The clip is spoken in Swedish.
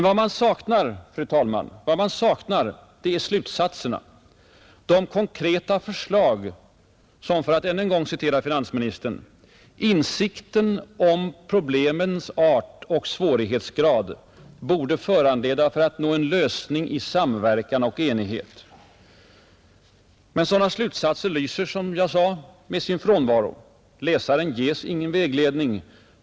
Vad man saknar, fru talman, är emellertid slutsatserna, de konkreta förslag som — för att åter citera finansministern — ”insikten om problemens art och svårighetsgrad” borde föranleda för att nå en lösning ”i samverkan och enighet”. Men sådana slutsatser lyser, som jag sade, med sin frånvaro. Läsaren ges ingen vägledning.